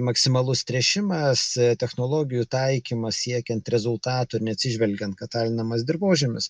maksimalus tręšimas technologijų taikymas siekiant rezultato ir neatsižvelgiant kad alinamas dirvožemis